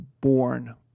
born